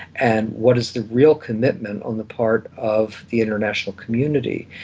and what is the real commitment on the part of the international community.